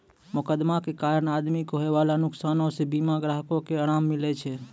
मोकदमा के कारण आदमी के होयबाला नुकसानो से बीमा ग्राहको के अराम मिलै छै